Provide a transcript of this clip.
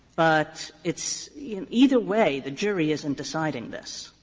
but it's you know either way the jury isn't deciding this.